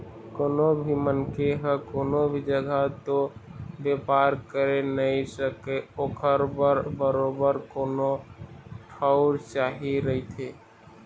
कोनो भी मनखे ह कोनो भी जघा तो बेपार करे नइ सकय ओखर बर बरोबर कोनो ठउर चाही रहिथे